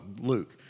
Luke